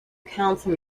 council